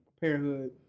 Parenthood